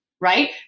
right